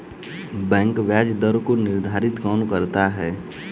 Bank ब्याज दर को निर्धारित कौन करता है?